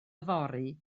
yfory